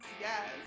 Yes